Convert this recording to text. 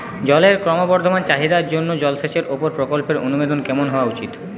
জলের ক্রমবর্ধমান চাহিদার জন্য জলসেচের উপর প্রকল্পের অনুমোদন কেমন হওয়া উচিৎ?